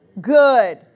good